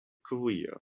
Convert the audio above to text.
career